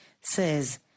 says